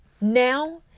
Now